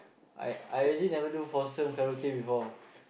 I I legit never do foursome karaoke before